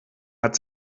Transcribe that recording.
hat